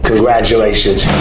Congratulations